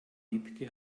wiebke